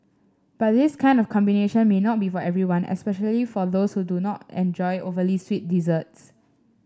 but this kind of combination may not be for everyone especially for those who don't enjoy overly sweet desserts